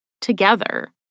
together